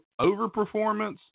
overperformance